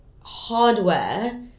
hardware